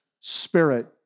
Spirit